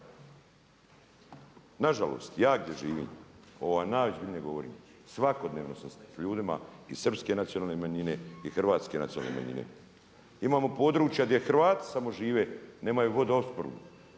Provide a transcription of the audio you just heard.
Nažalost, ja gdje živim, ovo vam najozbiljnije govorim, svakodnevno sam s ljudima iz srpske nacionalne manjine i hrvatske nacionalne manjine. Imamo područja gdje Hrvati samo žive, nemaju vodoopskrbu